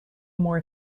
more